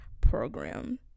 Program